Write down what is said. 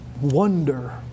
wonder